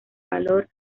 valor